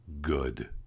good